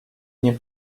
nie